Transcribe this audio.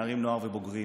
נערים נוער ובוגרים,